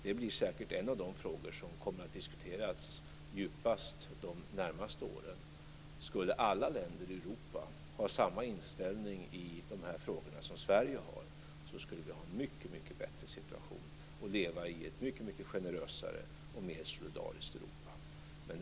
Det blir säkert en av de frågor som kommer att diskuteras djupast under de närmaste åren. Om alla länder i Europa skulle ha samma inställning i dessa frågor som Sverige har skulle vi ha en mycket bättre situation och leva i ett mycket generösare och mer solidariskt Europa.